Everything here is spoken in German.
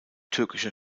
türkischer